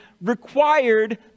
required